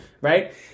right